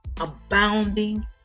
abounding